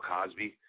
Cosby